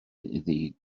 iddi